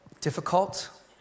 difficult